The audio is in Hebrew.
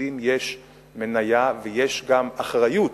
ליהודים יש מניה ויש גם אחריות